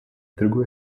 другое